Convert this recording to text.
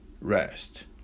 rest